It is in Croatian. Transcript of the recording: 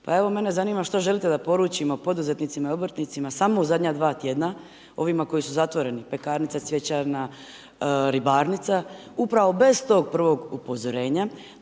Pa evo mene zanima što želite da poručimo poduzetnicima i obrtnicima samo u zadnja dva tjedna ovima koji su zatvoreni, pekarnica, cvjećarna, ribarnica, upravo bez tog prvog upozorenja.